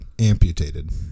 amputated